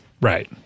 Right